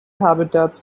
habitats